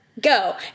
go